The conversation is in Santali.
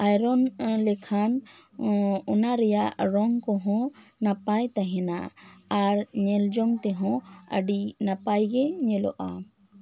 ᱟᱭᱨᱚᱱ ᱮ ᱞᱮᱠᱷᱟᱱ ᱮ ᱚᱱᱟ ᱨᱮᱭᱟᱜ ᱨᱚᱝ ᱠᱚᱦᱚᱸ ᱱᱟᱯᱟᱭ ᱛᱟᱦᱮᱸᱱᱟ ᱟᱨ ᱧᱮᱞ ᱛᱮᱦᱚᱸ ᱟᱹᱰᱤ ᱱᱟᱯᱟᱭ ᱜᱮ ᱧᱮᱞᱚᱜᱼᱟ